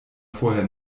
vorher